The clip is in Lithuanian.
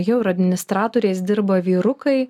jau ir administratoriais dirba vyrukai